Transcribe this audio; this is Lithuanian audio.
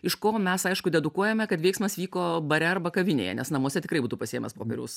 iš ko mes aišku dedukuojame kad veiksmas vyko bare arba kavinėje nes namuose tikrai būtų pasiėmęs popieriaus